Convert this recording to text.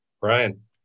Brian